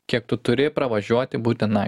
kiek tu turi pravažiuoti būtinai